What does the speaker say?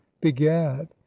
begad